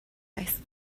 است